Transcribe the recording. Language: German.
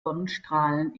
sonnenstrahlen